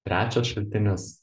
trečias šaltinis